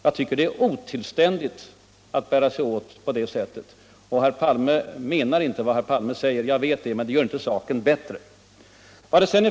Jag tycker aut det är otillständigt att bära sig åt på det sättet. Jag vet att herr Palme inte menar vad han säger, men det gör inte saken bättre.